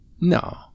No